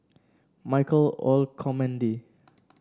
Michael Olcomendy